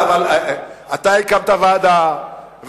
אתה הקמת ועדה,